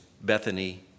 Bethany